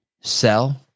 Sell